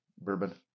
bourbon